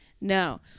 No